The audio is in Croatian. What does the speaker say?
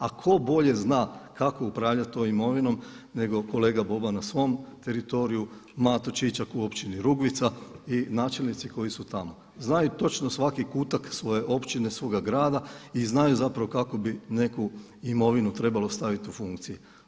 A tko bolje zna kako upravljati tom imovinom, nego kolega Boban na svom teritoriju, Mato Čičak u Općini Rugvica i načelnici koji su tamo, znaju točno svaki kutak svoje općine, svoga grada i znaju kako bi neku imovinu trebalo staviti u funkciju.